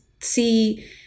see